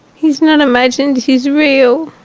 he's not imagined, he's real.